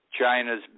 China's